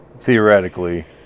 theoretically